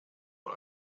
man